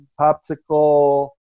popsicle